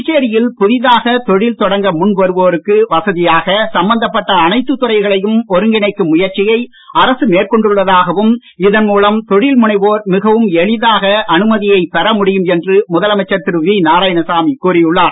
புதுச்சேரியில் புதிதாக தொழில் தொடங்க முன் வருவோருக்கு வசதியாக சம்மந்தப்பட்ட அனைத்து துறைகளையும் ஒருங்கிணைக்கும் முயற்சியை அரசு மேற்கொண்டுள்ளதாகவும் இதன் மூலம் தொழில் முனைவோர் மிகவும் எளிதாக அனுமதியை பெற முடியும் என்று முதலமைச்சர் திரு வி நாராயணசாமி கூறியுள்ளார்